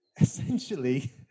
Essentially